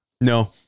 no